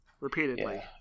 repeatedly